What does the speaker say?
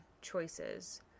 choices